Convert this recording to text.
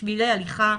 שבילי הליכה,